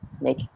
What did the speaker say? make